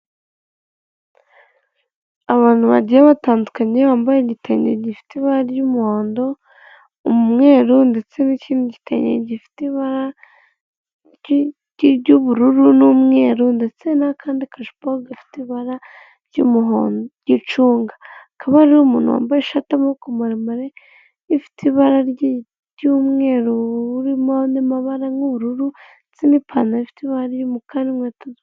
Abantu bagiye batandukanye bambaye igitenge gifite ibara ry'umuhondo, umweru ndetse n'ikindi gitenge gifite ibara ry'ubururu n'umweru, ndetse n'akandi kajipo gafite ibara ry'umuhondo ry'igicunga, akaba hariho umuntu wambaye ishati y'amaboko maremare ifite ibara ry'umweru urimo n'amabara nk'ubururu ndetse n'ipantaro ifite ibara ry'umukara n'inkweto.